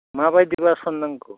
माबायदि बासन नांगौ